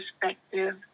perspective